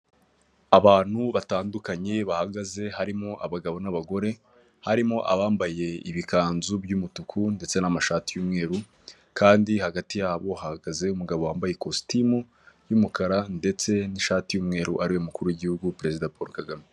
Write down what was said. Abantu batandukanye bahagaze, harimo: abagabo n'abagore. Harimo abambaye ibikanzu by'umutuku ndetse n'amashati y'umweru, kandi hagati yabo hahagaze umugabo wambaye ikositimu y'umukara ndetse n'ishati y'umweru, ari we umukuru w'igihugu perezida Paul Kagame.